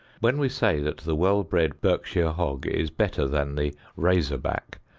when we say that the well-bred berkshire hog is better than the razor-back,